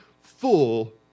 full